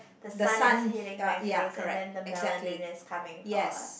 the sun is hitting my face and then the melanin is coming far